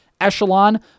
echelon